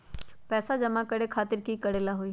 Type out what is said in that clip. पैसा जमा करे खातीर की करेला होई?